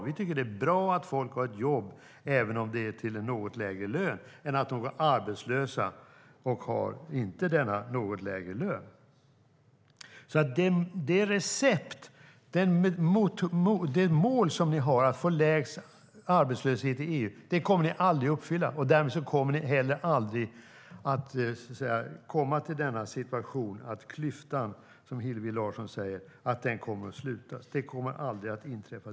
Vi tycker att det är bättre att människor har ett jobb, även om det är till en något lägre lön, än att de går arbetslösa och inte har denna något lägre lön. Det mål som ni har, att få lägst arbetslöshet i EU, kommer ni aldrig att uppnå. Därmed kommer ni heller aldrig att komma till situationen att klyftan, som Hillevi Larsson säger, sluts. Det kommer aldrig att inträffa.